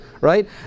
right